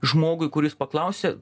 žmogui kuris paklausia